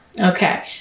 Okay